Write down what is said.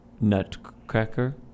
Nutcracker